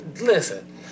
Listen